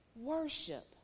worship